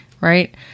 right